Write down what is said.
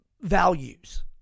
values